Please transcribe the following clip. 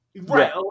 Right